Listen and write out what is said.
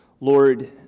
Lord